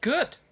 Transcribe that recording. Good